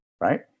right